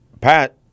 Pat